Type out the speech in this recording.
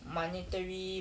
monetary